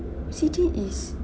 C_T is